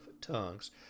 tongues